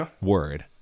word